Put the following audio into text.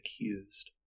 accused